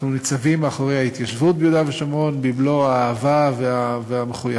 אנחנו ניצבים מאחורי ההתיישבות ביהודה ושומרון במלוא האהבה והמחויבות,